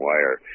Wire